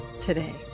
today